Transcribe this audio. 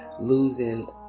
losing